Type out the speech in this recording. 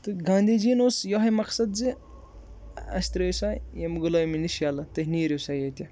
تہٕ گاندھی جی یَن اوس یُہَے مقصد زِ اَسہِ ترٛٲیِو سا ییٚمہِ غلٲمی نِش ییٚلہٕ تُہۍ نیٖرِو سا ییٚتہِ